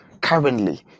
currently